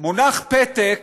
מונח פתק